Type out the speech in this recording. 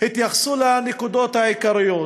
התייחסו לנקודות העיקריות.